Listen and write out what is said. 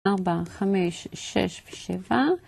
ארבע, חמש, שש ושבע